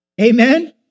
Amen